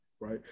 right